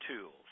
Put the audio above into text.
tools